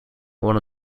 won